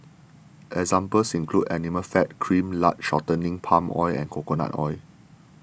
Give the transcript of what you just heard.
examples include animal fat cream lard shortening palm oil and coconut oil